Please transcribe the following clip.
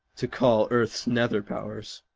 to call earth's nether powers!